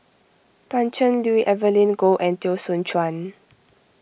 Pan Cheng Lui Evelyn Goh and Teo Soon Chuan